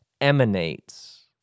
emanates